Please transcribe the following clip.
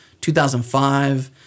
2005